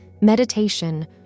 meditation